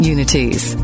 Unity's